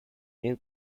new